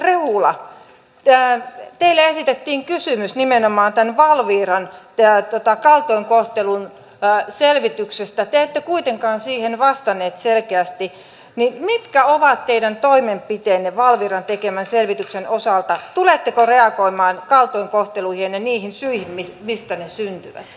ministeri rehula teille esitettiin kysymys nimenomaan tämän valviran kaltoinkohtelun selvityksestä te ette kuitenkaan siihen vastannut selkeästi eli mitkä ovat teidän toimenpiteenne valviran tekemän selvityksen osalta tuletteko reagoimaan kaltoinkohteluihin ja niihin syihin mistä ne syntyvät